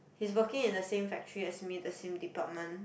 he's working in the same factory as me the same department